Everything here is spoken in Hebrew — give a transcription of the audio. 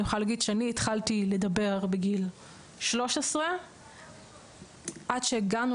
אני יכולה להגיד שאני התחלתי לדבר בגיל 13. עד שהגענו